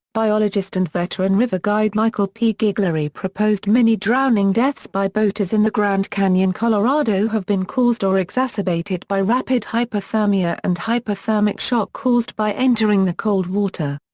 biologist and veteran river guide michael p. ghiglieri proposed many drowning deaths by boaters in the grand canyon colorado have been caused or exacerbated by rapid hypothermia and hypothermic shock caused by entering the cold water.